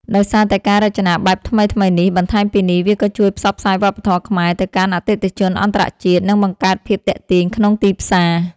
ដោយសារតែការរចនាបែបថ្មីៗនេះ បន្ថែមពីនេះ វាក៏ជួយផ្សព្វផ្សាយវប្បធម៌ខ្មែរ ទៅកាន់អតិថិជនអន្តរជាតិ និងបង្កើតភាពទាក់ទាញក្នុងទីផ្សារ។